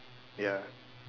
ya